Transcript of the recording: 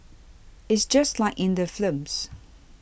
it's just like in the films